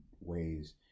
ways